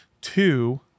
Two